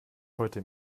heute